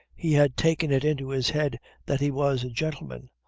he had taken it into his head that he was a gentleman,